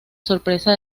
sorpresa